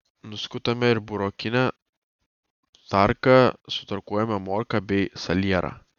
nuskutame ir burokine tarka sutarkuojame morką bei salierą